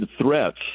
threats